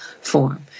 form